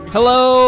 Hello